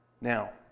Now